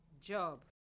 job